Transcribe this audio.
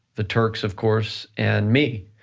the turks, of course, and me,